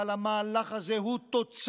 אבל המהלך הזה הוא תוצר